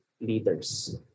leaders